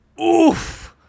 Oof